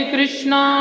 Krishna